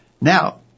now